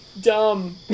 dumb